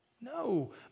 No